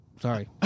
Sorry